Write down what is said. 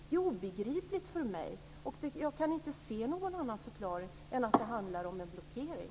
Det är obegripligt för mig. Jag kan inte se någon annan förklaring än att det handlar om en blockering.